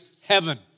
heaven